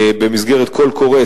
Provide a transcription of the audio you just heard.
במסגרת קול קורא,